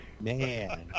Man